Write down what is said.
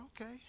okay